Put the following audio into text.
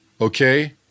Okay